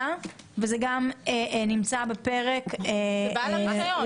וגם נמצא בפרק --- זה בעל הרישיון.